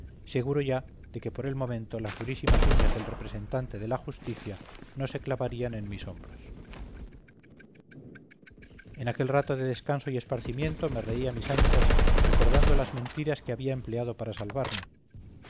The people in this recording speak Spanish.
seguro ya de que por el momento las durísimas uñas del representante de la justicia no se clavarían en mis hombros en aquel rato de descanso y esparcimiento me reí a mis anchas recordando las mentiras que había empleado para salvarme